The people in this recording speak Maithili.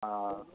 हँ